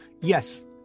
Yes